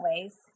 ways